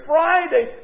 Friday